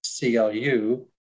CLU